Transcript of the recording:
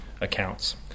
accounts